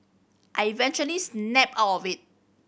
I eventually snapped out of it